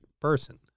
person